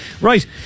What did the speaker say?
right